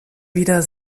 wieder